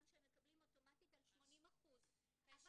שהם מקבלים אוטומטית על 80% --- ממש פשע.